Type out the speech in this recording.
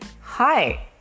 Hi